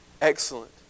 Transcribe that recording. Excellent